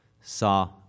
saw